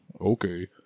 Okay